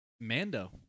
Mando